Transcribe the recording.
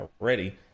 already